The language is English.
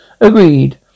Agreed